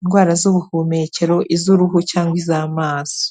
indwara z'ubuhumekero, iz'uruhu cyangwa iz'amaso.